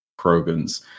Krogans